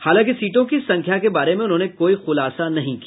हालांकि सीटों की संख्या के बारे में उन्होंने कोई खुलासा नहीं किया